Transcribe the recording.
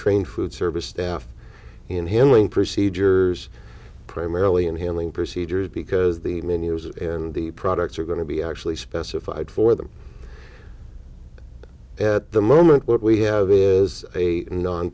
train food service staff in handling procedures primarily in handling procedures because the menus and the products are going to be actually specified for them at the moment what we have is a non